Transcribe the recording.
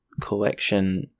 collection